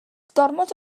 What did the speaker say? gormod